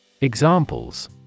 Examples